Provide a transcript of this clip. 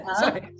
sorry